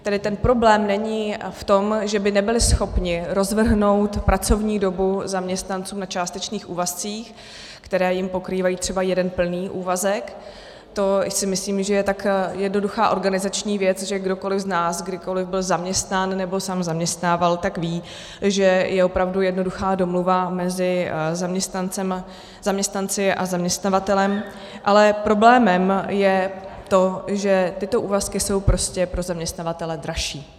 Tedy ten problém není v tom, že by nebyli schopni rozvrhnout pracovní dobu zaměstnanců na částečných úvazcích, které jim pokrývají třeba jeden plný úvazek, to si myslím, že je tak jednoduchá organizační věc, že kdokoli z nás kdykoli byl zaměstnán nebo sám zaměstnával, tak ví, že je opravdu jednoduchá domluva mezi zaměstnanci a zaměstnavatelem, ale problémem je to, že tyto úvazky jsou prostě pro zaměstnavatele dražší.